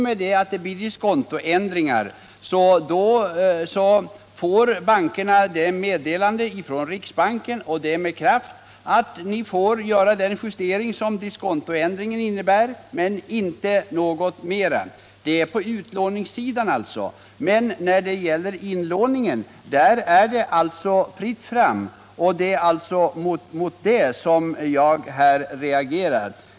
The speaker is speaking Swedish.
När det blir diskontoändringar får bankerna ett meddelande från riksbanken om att de får göra den justering som diskontoändringen innebär men inget mera. Det gäller alltså utlåningssidan. För inlåningen är det däremot fritt fram, och det är mot det som jag reagerar.